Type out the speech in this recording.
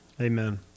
Amen